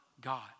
God